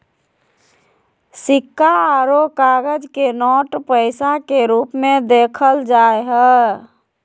सिक्का आरो कागज के नोट पैसा के रूप मे देखल जा हय